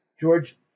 George